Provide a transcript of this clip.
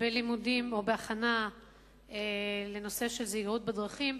בלימודים או בהכנה בנושא זהירות בדרכים,